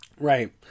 right